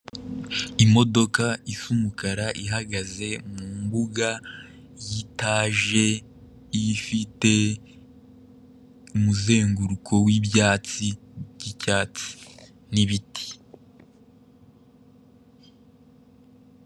Imodoka isa umukara ihagaze mu mbuga y'itaje, ifite umuzenguruko w'ibyatsi by'icyatsi n'ibiti.